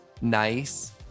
nice